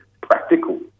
practical